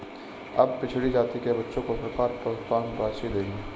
अब पिछड़ी जाति के बच्चों को सरकार प्रोत्साहन राशि देगी